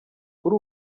kuri